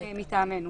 מטעמנו.